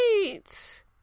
great